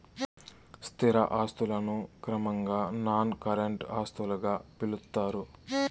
స్థిర ఆస్తులను క్రమంగా నాన్ కరెంట్ ఆస్తులుగా పిలుత్తారు